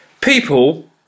people